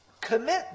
commit